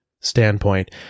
standpoint